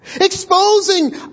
Exposing